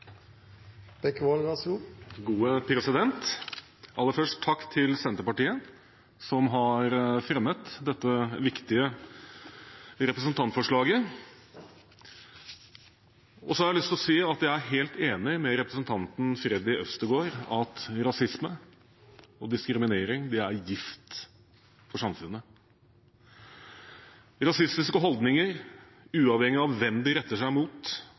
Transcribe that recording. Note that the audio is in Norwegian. Aller først takk til Senterpartiet, som har fremmet dette viktige representantforslaget. Jeg har lyst til å si at jeg er helt enig med representanten Freddy André Øvstegård i at rasisme og diskriminering er gift for samfunnet. Rasistiske holdninger, uavhengig av hvem de retter seg mot,